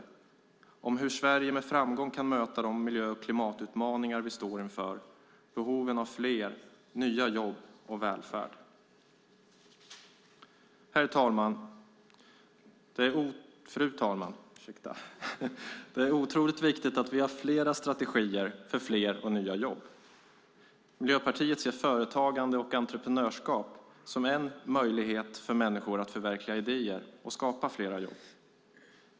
Det är strategier för hur Sverige med framgång kan möta de miljö och klimatutmaningar vi står inför och behovet av fler nya jobb och välfärd. Fru talman! Det är otroligt viktigt att vi har flera strategier för fler och nya jobb. Miljöpartiet ser företagande och entreprenörskap som en möjlighet för människor att förverkliga idéer och skapa fler jobb.